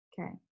Okay